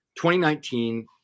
2019